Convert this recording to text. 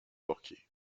porquier